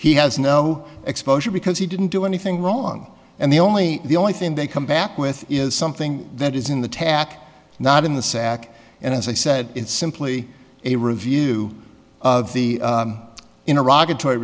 he has no exposure because he didn't do anything wrong and the only the only thing they come back with is something that is in the tack not in the sack and as i said it's simply a review of the in iraq